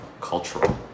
cultural